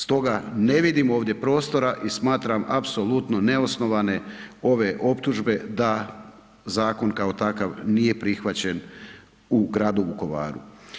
Stoga ne vidim ovdje prostora i smatram apsolutno neosnovane ove optužbe da zakon kao takav nije prihvaćen u gradu Vukovaru.